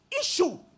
issue